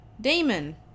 Damon